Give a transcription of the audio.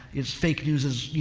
is fake news is, you